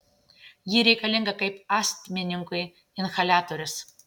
ji reikalinga kaip astmininkui inhaliatorius